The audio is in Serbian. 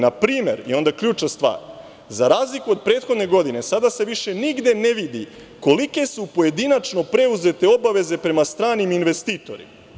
Na primer, i onda ključna stvar, za razliku od prethodne godine, sada se više nigde ne vidi kolike su pojedinačno preuzete obaveze prema stranim investitorima.